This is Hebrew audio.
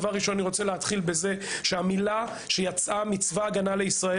אני רוצה להתחיל בזה שהמילה שיצאה מצבא ההגנה לישראל